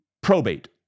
Probate